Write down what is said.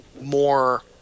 more